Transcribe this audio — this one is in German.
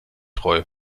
treu